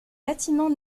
bâtiments